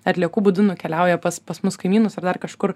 atliekų būdu nukeliauja pas pas mūs kaimynus ar dar kažkur